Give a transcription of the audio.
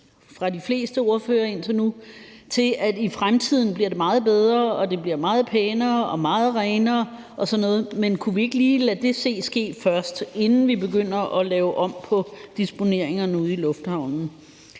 fra de fleste ordføreres side til, at det i fremtiden bliver meget bedre, og at det bliver meget pænere og meget renere og sådan noget. Men kunne vi ikke lige lade det se og ske først, inden vi begynder at lave om på disponeringerne ude i lufthavnen?